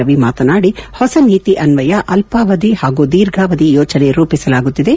ರವಿ ಮಾತನಾಡಿ ಹೊಸ ನೀತಿ ಅನ್ವಯ ಅಲ್ವಾವಧಿ ಹಾಗೂ ಧೀರ್ಘಾವಧಿ ಯೋಜನೆ ರೂಪಿಸಲಾಗುತ್ತಿದೆ